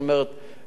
גמרת,